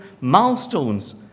milestones